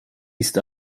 ist